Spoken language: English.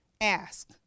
ask